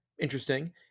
interesting